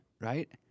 right